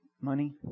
Money